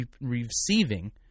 receiving